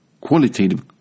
qualitative